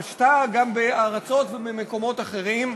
הראיות" התפשטה גם בארצות ובמקומות אחרים.